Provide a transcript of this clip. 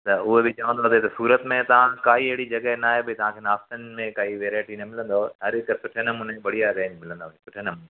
त उहो बि चवंदव त हिते सूरत में तां काई अहिड़ी जॻह नाहे भाई तव्हांखे नाश्तनि में काई वेराएटी न मिलंदव हर हिकु सुठे नमूने बढ़िया रेंज मिलंदव सुठे नमूने